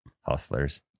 Hustlers